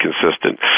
consistent